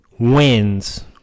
Wins